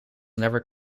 never